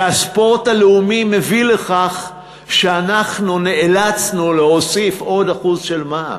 הספורט הלאומי מביא לכך שאנחנו נאלצנו להוסיף עוד 1% של מע"מ,